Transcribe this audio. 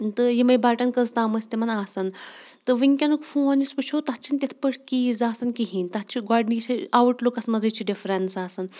تہٕ یِمَے بَٹَن کٔژ تام ٲسۍ تِمَن آسان تہٕ وٕنکیٚنُک فون یُس وٕچھو تَتھ چھِنہٕ تِتھ پٲٹھۍ کیٖز آسان کِہیٖنۍ تَتھ چھِ گۄڈنِچے آوُٹ لُکَس منٛزٕے چھِ ڈِفرَنس آسان